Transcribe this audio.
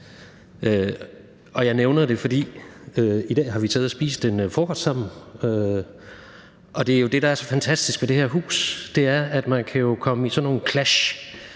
Jeg nævner det, fordi vi i dag har siddet og spist en frokost sammen – og det, der jo er så fantastisk ved det her hus, er, at man kan komme i sådan nogle clash